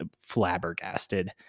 flabbergasted